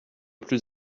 plus